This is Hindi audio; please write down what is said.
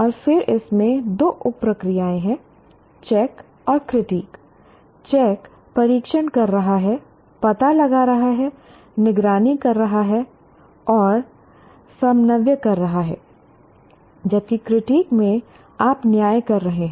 और फिर इसमें दो उप प्रक्रियाएं हैं चेक और क्रिटीक चेक परीक्षण कर रहा है पता लगा रहा है निगरानी कर रहा है और समन्वय कर रहा है जबकि क्रिटीक में आप न्याय कर रहे हैं